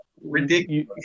ridiculous